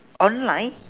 online